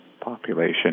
population